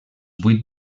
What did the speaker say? vuit